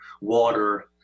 Water